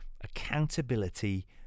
accountability